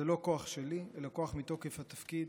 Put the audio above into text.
זה לא כוח שלי אלא כוח מתוקף התפקיד,